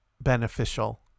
beneficial